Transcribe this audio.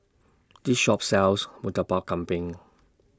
This Shop sells Murtabak Kambing